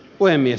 puhemies